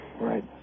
right